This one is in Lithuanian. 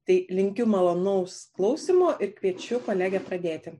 tai linkiu malonaus klausymo ir kviečiu kolegę pradėti